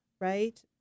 Right